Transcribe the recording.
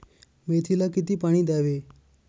मेथीला किती पाणी द्यावे?